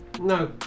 No